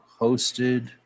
hosted